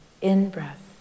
in-breath